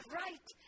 right